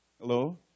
Hello